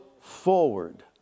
forward